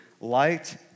light